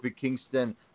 Kingston